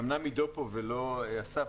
אומנם עידו פה ולא אסף,